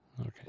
Okay